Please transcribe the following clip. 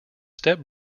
step